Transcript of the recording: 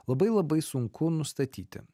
labai labai sunku nustatyti